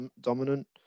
dominant